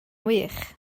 wych